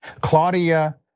Claudia